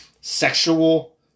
Sexual